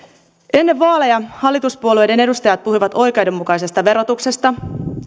ennen vaaleja hallituspuolueiden edustajat puhuivat oikeudenmukaisesta verotuksesta